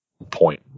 point